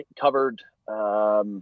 covered –